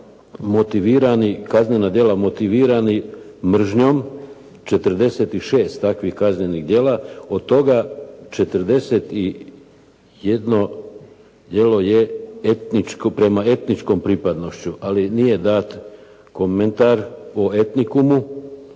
motivirani, kaznena djela motivirani mržnjom 46 takvih kaznenih djela. Od toga 41 djelo je prema etničkom pripadnošću, ali nije dat komentar o etnikumu